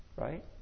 Right